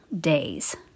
days